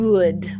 Good